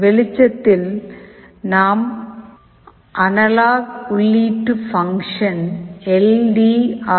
வெளிச்சத்தில் நாம் அனலாக் உள்ளீட்டு பங்க்ஷன் எல் டி ஆர்